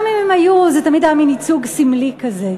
גם אם הן היו, זה תמיד היה מין ייצוג סמלי כזה.